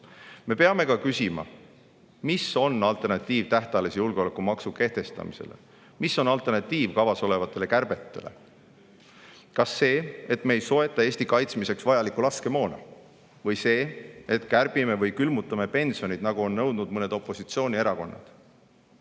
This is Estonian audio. Me peame ka küsima, mis on alternatiiv tähtajalise julgeolekumaksu kehtestamisele, mis on alternatiiv kavas olevatele kärbetele. Kas see, et me ei soeta Eesti kaitsmiseks vajalikku laskemoona? Või see, et kärbime või külmutame pensionid, nagu on nõudnud mõned opositsioonierakonnad